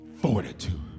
fortitude